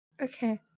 okay